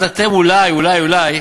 אז אתם אולי אולי אולי